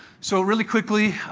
so really quickly,